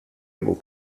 able